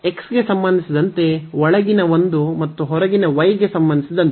x ಗೆ ಸಂಬಂಧಿಸಿದಂತೆ ಒಳಗಿನ ಒಂದು ಮತ್ತು ಹೊರಗಿನ y ಗೆ ಸಂಬಂಧಿಸಿದಂತೆ